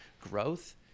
growth